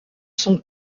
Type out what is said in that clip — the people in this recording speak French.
son